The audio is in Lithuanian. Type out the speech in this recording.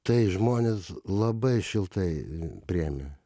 tai žmonės labai šiltai priėmė